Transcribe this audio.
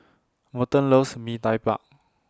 Merton loves Mee Tai Mak